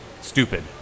stupid